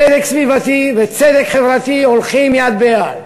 צדק סביבתי וצדק חברתי הולכים יד ביד,